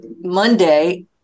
Monday